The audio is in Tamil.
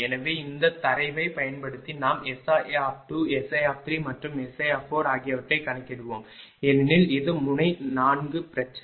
எனவே இந்தத் தரவைப் பயன்படுத்தி நாம் SI2SI மற்றும் SI ஆகியவற்றைக் கணக்கிடுவோம் ஏனெனில் இது 4 முனை பிரச்சனை